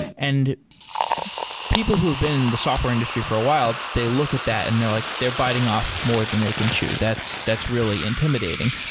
and people who have been in the software industry for a while, they look at that and they're like, they're biting off more than they can chew. that's that's really intimidating.